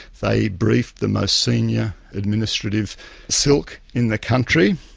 they briefed the most senior administrative silk in the country,